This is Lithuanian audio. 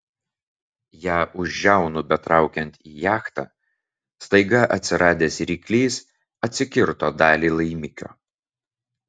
ją už žiaunų betraukiant į jachtą staiga atsiradęs ryklys atsikirto dalį laimikio